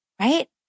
Right